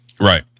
Right